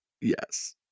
Yes